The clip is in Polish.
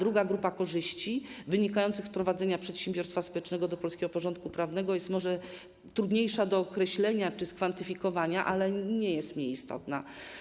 Druga grupa korzyści wynikających z wprowadzenia kategorii przedsiębiorstwa społecznego do polskiego porządku prawnego jest może trudniejsza do określenia czy skwantyfikowania, ale nie jest mniej istotna.